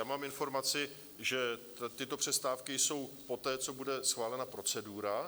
Mám informaci, že tyto přestávky jsou poté, co bude schválena procedura.